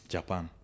Japan